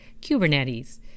Kubernetes